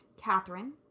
katherine